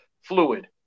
fluid